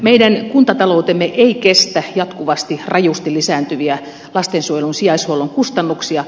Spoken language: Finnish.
meidän kuntataloutemme ei kestä jatkuvasti rajusti lisääntyviä lastensuojelun sijaishuollon kustannuksia